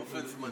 באופן זמני.